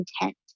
intent